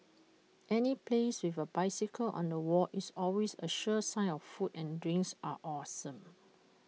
any place with A bicycle on the wall is always A sure sign of food and drinks are awesome